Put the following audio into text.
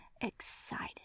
excited